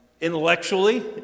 intellectually